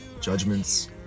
judgments